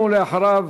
ואחריו,